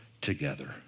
together